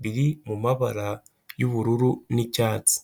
biri mu mabara y'ubururu n'icyatsi.